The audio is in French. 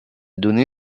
donné